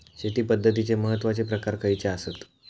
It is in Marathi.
शेती पद्धतीचे महत्वाचे प्रकार खयचे आसत?